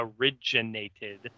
originated